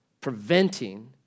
Preventing